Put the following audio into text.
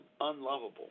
unlovable